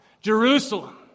Jerusalem